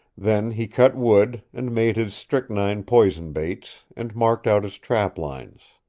then he cut wood, and made his strychnine poison baits, and marked out his trap-lines.